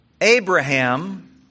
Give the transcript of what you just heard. Abraham